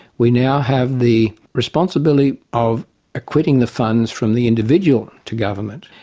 we now have the responsibility of acquitting the funds from the individual to government.